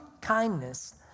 kindness